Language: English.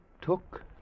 took